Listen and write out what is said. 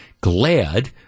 glad